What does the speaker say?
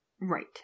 Right